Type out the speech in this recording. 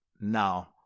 now